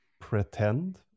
pretend